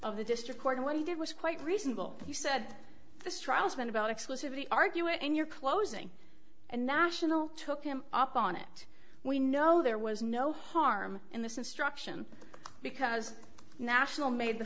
of the district court and what he did was quite reasonable and you said this trial has been about exclusivity argue it in your closing and national took him up on it we know there was no harm in this instruction because national made the